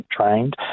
trained